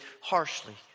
harshly